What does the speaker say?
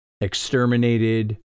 exterminated